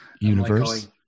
universe